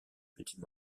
petits